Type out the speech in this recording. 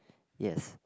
yes